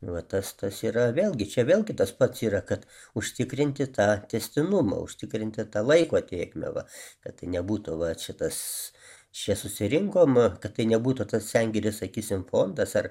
va tas tas yra vėlgi čia vėlgi tas pats yra kad užtikrinti tą tęstinumą užtikrinti tą laiko tėkmę va kad tai nebūtų vat šitas čia susirinkom kad tai nebūtų tas sengirės sakysim fondas ar